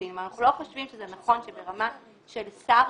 ואנחנו לא חושבים שזה נכון שזה ייקבע ברמה של שר.